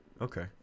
Okay